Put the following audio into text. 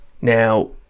Now